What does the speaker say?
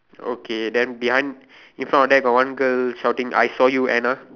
okay then behind in front of them got one girl shouting I saw you Anna